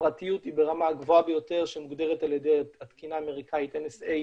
הפרטיות היא ברמה הגבוהה ביותר שמוגדרת על ידי התקינה האמריקאית NSA,